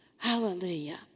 Hallelujah